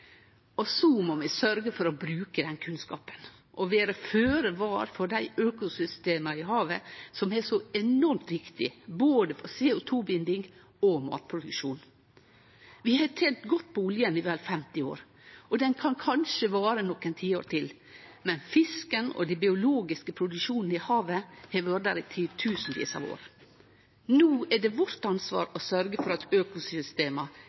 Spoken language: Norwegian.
Og så må vi sørgje for å bruke den kunnskapen og vere føre var for dei økosystema i havet som er så enormt viktige, både for CO 2 -binding og for matproduksjon. Vi har tent godt på oljen i vel 50 år, og den kan kanskje vare nokre tiår til, men fisken og den biologiske produksjonen i havet har vore der i titusenvis av år. No er det vårt ansvar å sørgje for at økosystema